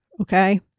okay